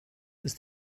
ist